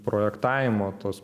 projektavimo tos